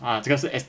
ah 这个是 est~